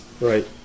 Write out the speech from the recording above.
right